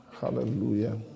Hallelujah